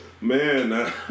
Man